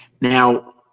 Now